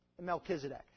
Melchizedek